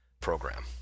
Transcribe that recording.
program